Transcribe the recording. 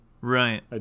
Right